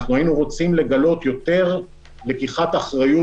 אנחנו היינו רוצים לגלות יותר לקיחת אחריות